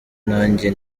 nanjye